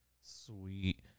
Sweet